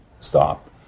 stop